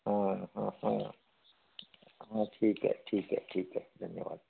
हं हं हं हं ठीक आहे ठीक आहे ठीक आहे धन्यवाद